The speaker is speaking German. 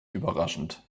überraschend